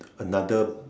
another